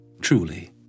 Truly